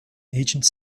ancient